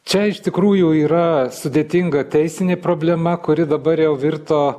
čia iš tikrųjų yra sudėtinga teisinė problema kuri dabar jau virto